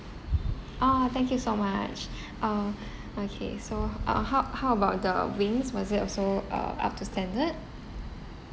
ah thank you so much uh okay so h~ uh how how about the wings was it also uh up to standard